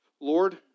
Lord